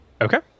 Okay